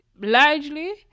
largely